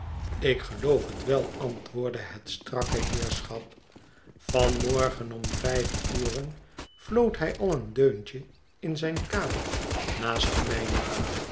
ik geloof het wel antwoordde het strakke heerschap van morgen om vijf uren floot hy al een deuntje in zijn kamer naast demijne